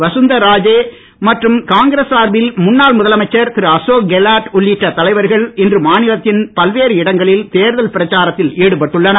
வசுந்தரா ராஜே மற்றும் காங்கிரஸ் சார்பில் முன்னாள் முதலமைச்சர் திரு அசோக் கெலோட் உள்ளிட்ட தலைவர்கள் இன்று மாநிலத்தின் பல்வேறு இடங்களில் தேர்தல் பிரச்சாரத்தில் ஈடுபட்டுள்ளனர்